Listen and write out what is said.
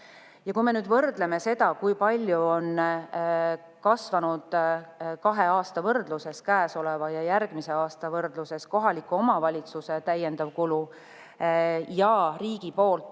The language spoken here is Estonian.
Ja kui me võrdleme seda, kui palju on kasvanud kahe aasta võrdluses, käesoleva ja järgmise aasta võrdluses, kohaliku omavalitsuse täiendav kulu ja riigi antav